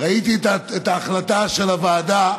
ראיתי את ההחלטה של הוועדה,